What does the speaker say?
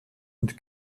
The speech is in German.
und